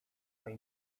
swej